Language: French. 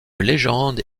légende